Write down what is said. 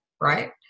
right